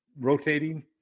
rotating